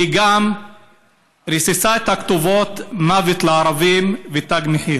היא גם ריססה את הכתובות "מוות לערבים" ו"תג מחיר".